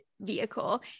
vehicle